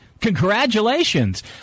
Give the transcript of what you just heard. congratulations